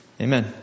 Amen